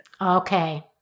Okay